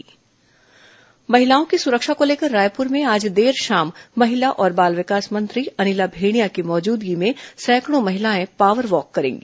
महिला power walk महिलाओं की सुरक्षा को लेकर रायपुर में आज देर शाम महिला और बाल विकास मंत्री अनिला भेंडिया की मौजूदगी में सैकड़ों महिलाए पॉवर वाँक करेंगी